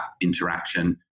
interaction